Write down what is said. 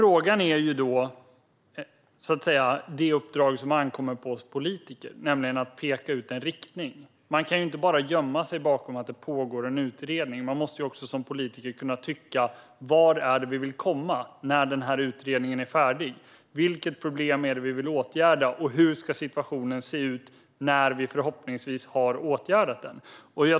Frågan gäller det uppdrag som åligger oss politiker, nämligen att peka ut en riktning. Man kan inte bara gömma sig bakom att det pågår en utredning, utan som politiker måste man också kunna fråga: Vart vill vi komma när utredningen är färdig, vilket problem vill vi åtgärda och hur ska situationen se ut när vi förhoppningsvis har åtgärdat den?